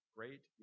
Great